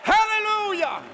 Hallelujah